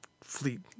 fleet